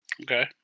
Okay